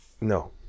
No